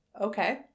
Okay